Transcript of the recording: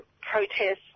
protests